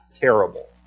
terrible